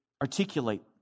articulate